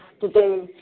today